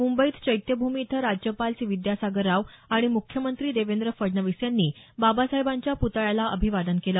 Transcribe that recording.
मुंबईत चैत्यभूमी इथं राज्यपाल सी विद्यासागर राव आणि मुख्यमंत्री देवेंद्र फडणवीस यांनी बाबासाहेबांच्या प्तळ्याला अभिवादन केलं